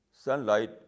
Sunlight